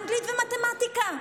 אנגלית ומתמטיקה.